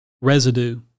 residue